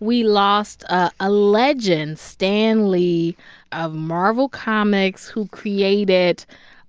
we lost ah a legend, stan lee of marvel comics, who created